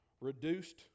Reduced